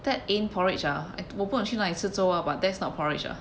that ain't porridge ah I 我不懂去哪里吃粥啊 but that's not porridge ah